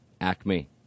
Acme